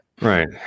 Right